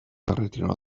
retiró